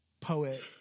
poet